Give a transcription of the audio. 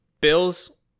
bills